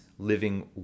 living